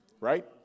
right